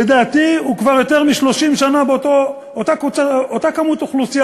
לדעתי כבר יותר מ-30 שנה, אותו גודל אוכלוסייה.